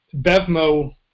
BevMo